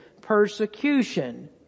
persecution